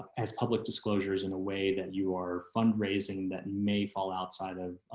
as public disclosures in a way that you are fundraising that may fall outside of